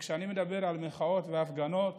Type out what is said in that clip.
כשאני מדבר על מחאות ועל הפגנות